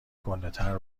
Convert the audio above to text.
گندهتر